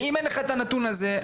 אם אין לך את הנתון הזה,